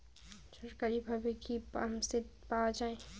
সরকারিভাবে কি পাম্পসেট পাওয়া যায়?